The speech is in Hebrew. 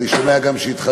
אני גם שומע שהתחלף